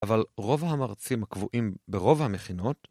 אבל רוב המרצים הקבועים ברוב המכינות